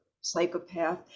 psychopath